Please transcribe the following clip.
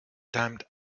damned